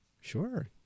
Sure